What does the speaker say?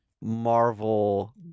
Marvel